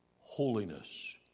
holiness